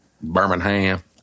Birmingham